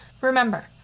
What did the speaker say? Remember